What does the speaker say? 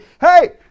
Hey